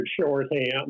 shorthand